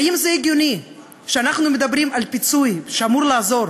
האם זה הגיוני שאנחנו מדברים על פיצוי שאמור לעזור